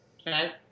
okay